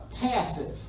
passive